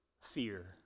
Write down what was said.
fear